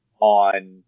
on